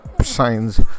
signs